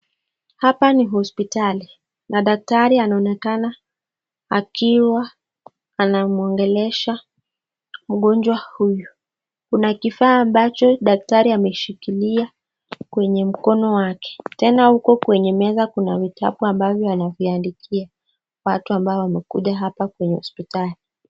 Hapa ni hospitali na daktari anaonekana akiwa anamwongelesha mgonjwa huyu. Kuna kifaa ambacho daktari ameshikilia kwenye mkono wake. Tena huko kwenye meza kuna vitabu ambavyo anaviandikia watu ambao wamekuja hapa kwenye hospitali.